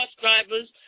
drivers